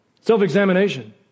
Self-examination